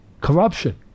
Corruption